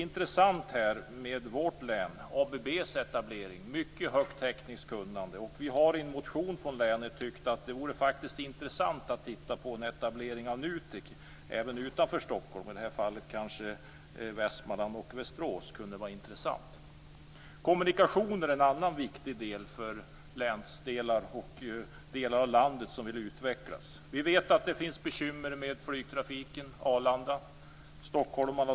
Intressant i vårt län är ABB:s etablering. Där finns mycket högt tekniskt kunnande. Vi har i en motion från länet tyckt att det faktiskt vore intressant att titta närmare på en etablering av NUTEK även utanför Stockholm. I det fallet kanske Västmanland och Västerås kunde vara intressant. Kommunikationer är en annan viktig del för länsdelar och delar av landet som vill utvecklas. Vi vet att det finns bekymmer med flygtrafiken och Arlanda.